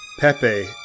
Pepe